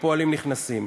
הפועלים נכנסים,